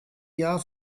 jahr